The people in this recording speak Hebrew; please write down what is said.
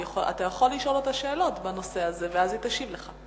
אתה יכול לשאול אותה שאלות בנושא הזה ואז היא תשיב לך.